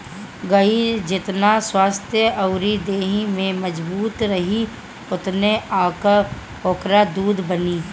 गाई जेतना स्वस्थ्य अउरी देहि से मजबूत रही ओतने ओकरा दूध बनी